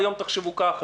היום תחשבו ככה.